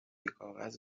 کاغذ